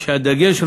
כשהדגש,